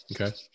Okay